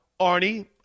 Arnie